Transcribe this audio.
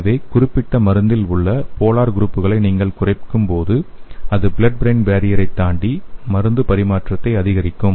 எனவே குறிப்பிட்ட மருந்தில் உள்ள போலார் குரூப்களை நீங்கள் குறைக்கும்போது அது ப்ளட் ப்ரெயின் பேரியரை தாண்டி மருந்து பரிமாற்றத்தை அதிகரிக்கும்